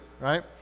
right